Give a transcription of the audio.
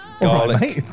garlic